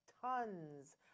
tons